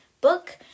book